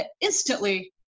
instantly